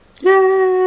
Yay